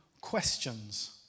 questions